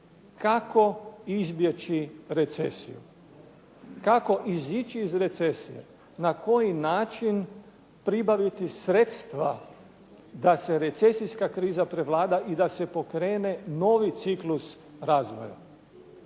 kako izbjeći recesiju, kako izići iz recesije, na koji način pribaviti sredstva da se recesijska kriza prevlada i da se pokrene novi ciklus razvoja.